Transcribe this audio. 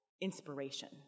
inspiration